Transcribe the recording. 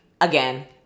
again